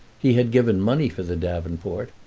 he had given money for the davenport,